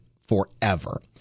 forever